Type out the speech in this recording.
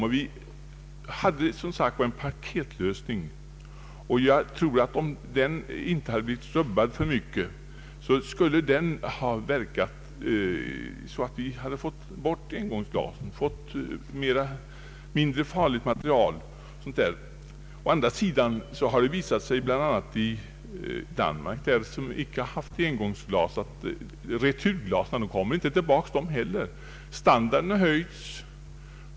Vi föreslog som sagt i kommittén en paketlösning, och om den inte hade blivit urvattnad alltför mycket, hade ett förbud mot engångsglasen icke behövts. Det hade i stället inneburit att vi fått mindre farligt emballagematerial. Å andra sidan har det visat sig bl.a. i Danmark, som inte har haft engångsglas, att inte heller returglasen kommer tillbaka. Standarden har höjts.